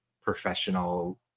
professional